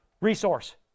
resource